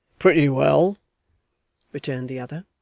pretty well returned the other.